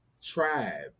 Tribe